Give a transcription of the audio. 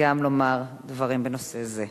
גם לומר דברים בנושא זה.